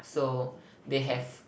so they have